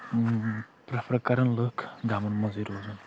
prefer کران لُکھ گامَن منٛزٕے روزُن